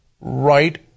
right